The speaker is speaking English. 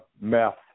Meth